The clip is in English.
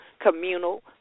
communal